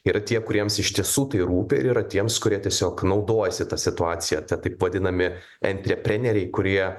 yra tie kuriems iš tiesų tai rūpi ir yra tiems kurie tiesiog naudojasi ta situacija taip vadinami antrepreneriai kurie